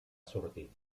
sortir